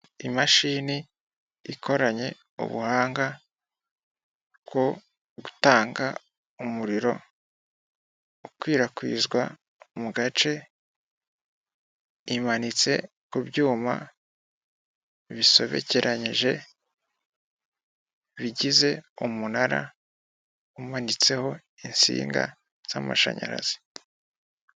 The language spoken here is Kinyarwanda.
Imashini ikoranye ubuhanga bwo gutanga umuriro ukwirakwizwa mu gace imanitse ku byuma bisobekeranyije bigize umunara umanitseho insinga z'amashanyarazi.